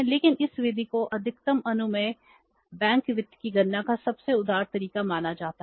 लेकिन इस विधि को अधिकतम अनुमेय बैंक वित्त की गणना का सबसे उदार तरीका माना जाता है